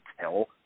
tell